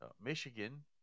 Michigan